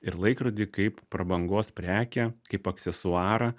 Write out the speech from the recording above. ir laikrodį kaip prabangos prekę kaip aksesuarą